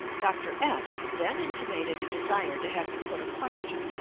dr. f then intimated a desire to have me put a question.